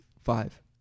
Five